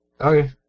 Okay